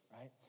Right